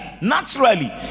naturally